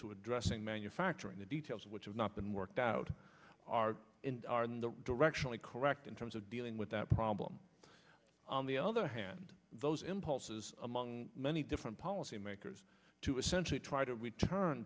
to addressing manufacturing the details which have not been worked out are in the directionally correct in terms of dealing with that problem on the other hand those impulses among many different policy makers to essentially try to return